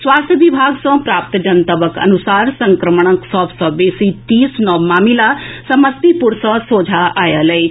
स्वास्थ्य विभाग सॅ प्राप्त जनतबक अनुसार संक्रमणक सभ सॅ बेसी तीस नव मामिला समस्तीपुर सऽ सोझा आएल अछि